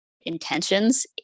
intentions